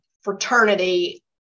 fraternity